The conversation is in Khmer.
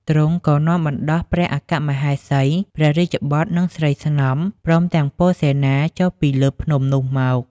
ទ្រង់ក៏នាំបណ្ដោះព្រះអគ្គមហេសី ព្រះរាជបុត្រ និងស្រីស្នំ ព្រមទាំងពលសេនាចុះពីលើភ្នំនោះមក